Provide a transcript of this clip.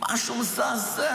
משהו מזעזע.